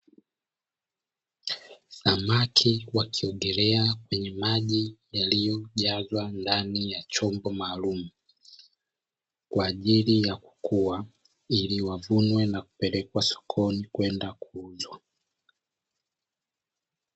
Samaki wakiogelea kwenye maji yaliyojazwa ndani ya chombo maalumu, kwa ajili ya kukua ili wavunwe na kupelekwa sokoni kwenda kuuzwa.